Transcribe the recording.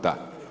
Da.